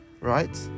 right